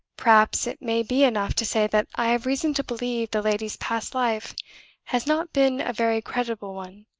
perhaps it may be enough to say that i have reason to believe the lady's past life has not been a very creditable one,